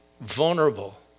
vulnerable